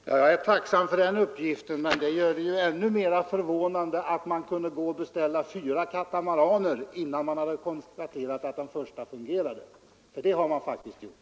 Fru talman! Jag är tacksam för den uppgiften, men den gör det ju ännu mera förvånande att man beställde fyra katamaraner innan man hade konstaterat att den första fungerade — för det har man faktiskt gjort.